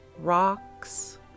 rocks